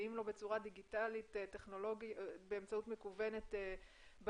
ואם לא באמצעות מקוונת באינטרנט,